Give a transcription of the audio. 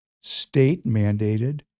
state-mandated